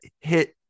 hit